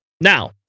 now